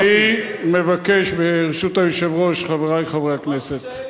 אני מבקש, ברשות היושב-ראש, חברי חברי הכנסת,